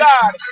God